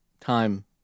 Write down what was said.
time